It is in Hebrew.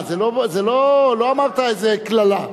לא אמרת איזה קללה.